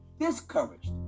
discouraged